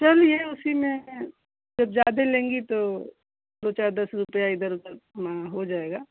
चलिए उसी में जब ज्यादे लेंगी तो दो चार दस रुपया इधर उधर हो जाएगा